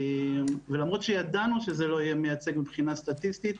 ולמרות שידענו שזה לא יהיה מייצג מבחינה סטטיסטית,